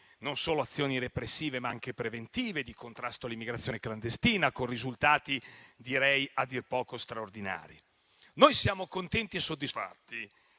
non solo azioni repressive, ma anche preventive, di contrasto all'immigrazione clandestina, con risultati a dir poco straordinari. Noi siamo contenti e soddisfatti